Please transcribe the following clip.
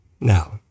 Now